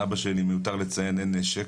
לאבא שלי מיותר לציין אין נשק,